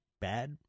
bad